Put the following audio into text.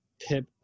Pip